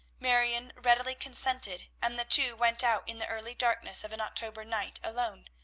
marion readily consented, and the two went out in the early darkness of an october night alone,